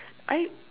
I